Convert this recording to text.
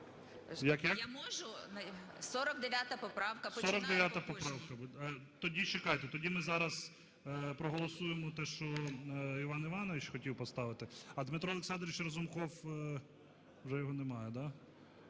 49 поправка. Тоді, чекайте, тоді ми зараз проголосуємо те, що Іван Іванович хотів поставити. А Дмитро Олександрович Разумков? Вже його немає, да?